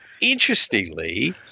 Interestingly